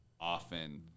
often